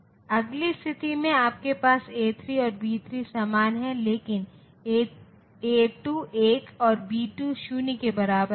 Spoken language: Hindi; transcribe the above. अगली स्थिति में आपके पास A3 और B3 समान हैं लेकिन A2 1 और B 2 0 के बराबर है